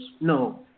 No